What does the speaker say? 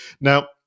Now